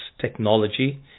Technology